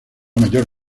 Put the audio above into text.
mayor